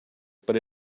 but